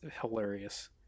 hilarious